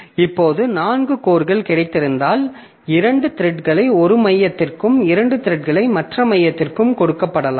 இப்போது நான்கு கோர்கள் கிடைத்திருந்தால் இரண்டு த்ரெட்களை ஒரு மையத்திற்கும் இரண்டு த்ரெட்களை மற்ற மையத்திற்கும் கொடுக்கப்படலாம்